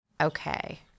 Okay